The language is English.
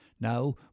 Now